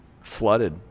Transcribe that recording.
flooded